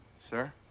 sir?